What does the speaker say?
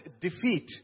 defeat